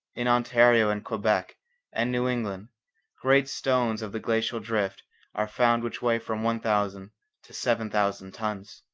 in ontario and quebec and new england great stones of the glacial drift are found which weigh from one thousand to seven thousand tons.